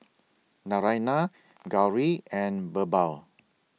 Naraina Gauri and Birbal